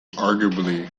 arguably